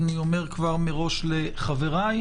אני אומר לחבריי מראש